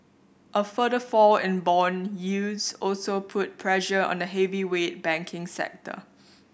a further fall in bond yields also put pressure on the heavyweight banking sector